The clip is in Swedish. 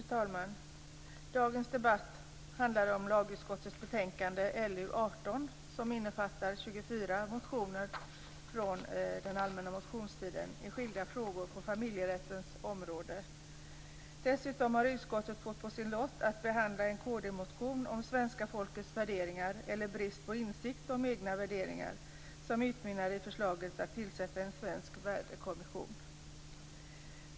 Fru talman! Dagens debatt handlar om lagutskottets betänkande LU18 som innefattar 24 motioner från den allmänna motionstiden 1998 i skilda frågor på familjerättens område. Dessutom har utskottet fått på sin lott att behandla en motion från kristdemokraterna om svenska folkets värderingar, eller brist på insikt om egna värderingar, som utmynnar i förslaget att tillsätta en svensk värdekommission.